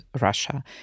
Russia